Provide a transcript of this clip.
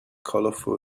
colorful